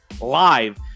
live